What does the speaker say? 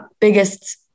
biggest